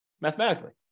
mathematically